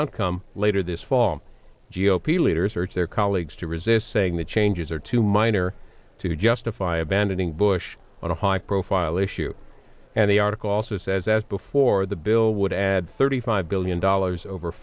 outcome later this fall g o p leaders urge their colleagues to resist saying the changes are too minor to justify abandoning bush on a high profile issue and the article also says as before the bill would add thirty five billion dollars over